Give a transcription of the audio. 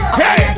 hey